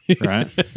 right